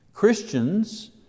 Christians